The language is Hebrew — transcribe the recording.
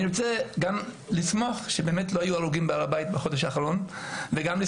אני רוצה לשמוח שלא היו הרוגים בהר הבית בחודש האחרון ולשמוח